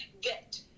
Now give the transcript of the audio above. get